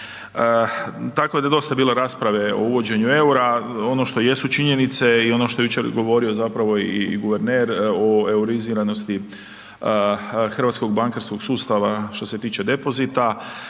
tako da je dosta bilo rasprave o uvođenju EUR-a, ono što jesu činjenice i ono što je jučer govorio zapravo i guverner o euriziranosti hrvatskog bankarskog sustava što se tiče depozita,